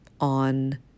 on